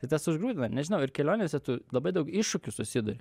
tai tas užgrūdina nežinau ir kelionėse tu labai daug iššūkių susiduri